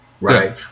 right